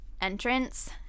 entrance